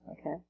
Okay